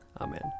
Amen